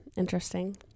Interesting